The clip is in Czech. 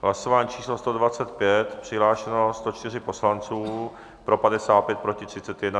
Hlasování číslo 125, přihlášeno 104 poslanců, pro 55, proti 31.